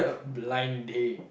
blind date